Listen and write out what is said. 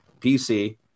pc